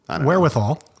wherewithal